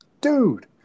Dude